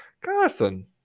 carson